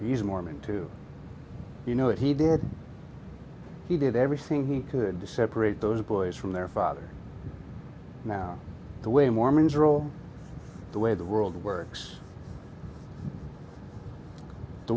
he's a mormon too you know what he did he did everything he could to separate those boys from their father now the way mormons are all the way the world works the